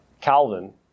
Calvin